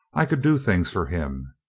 i could do things for him.